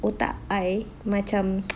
otak I macam